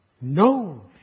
No